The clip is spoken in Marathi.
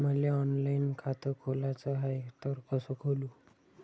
मले ऑनलाईन खातं खोलाचं हाय तर कस खोलू?